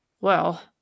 Well